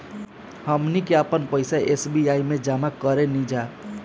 हमनी के आपन पइसा एस.बी.आई में जामा करेनिजा